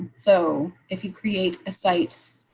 so if you create a site.